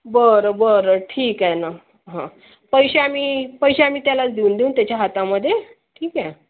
बरं बरं ठीक आहे ना हं पैसे आम्ही पैसे आम्ही त्यालाच देऊन देऊ त्याच्या हातामध्ये ठीक आहे